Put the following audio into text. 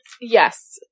Yes